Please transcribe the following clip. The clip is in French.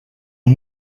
aux